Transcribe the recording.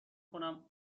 کنم